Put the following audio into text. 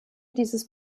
dieses